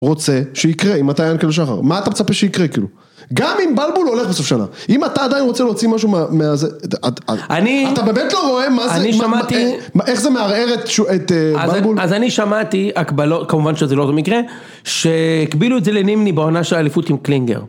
רוצה שיקרה, אם אתה יענקלה שחר, מה אתה מצפה שיקרה כאילו? גם אם בלבול הולך בסוף שנה, אם אתה עדיין רוצה להוציא משהו מהזה, אתה באמת לא רואה מה זה, איך זה מערער את בלבול? אז אני שמעתי, כמובן שזה לא זה מקרה, שהקבילו את זה לנימני בעונה של האליפות עם קלינגר.